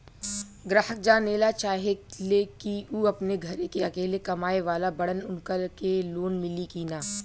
ग्राहक जानेला चाहे ले की ऊ अपने घरे के अकेले कमाये वाला बड़न उनका के लोन मिली कि न?